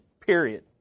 Period